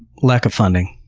lack of funding.